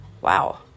Wow